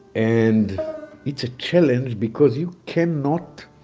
and it's a challenge because you cannot